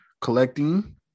collecting